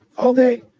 all day